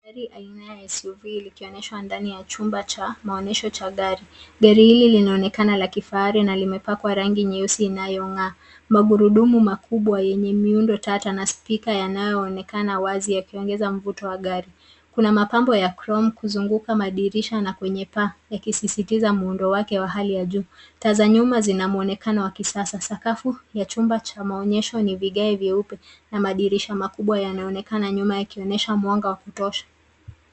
Gari aina ya SUV likionyesha ndani ya chumba cha maonyesho cha gari. Gari hili linaonekana la kifahari na limepakwa rangi nyeusi inayongaa. Magurudumu makubwa yenye muundo tata na spika yanayoonekana wazi yakiongeza mvuto wa gari. Kuna mapambo ya chrome kuzunguka madirisha na kwenye paa yakisisitiza muundo wake wa hali ya juu. Taa za nyuma zinamuonekano wa kisasa. Sakafu ya chumba cha maonyesho yenye vigae vyeupe na madirisha makubwa yanaonekana nyuma yakionyesha mwanga wa kutosha.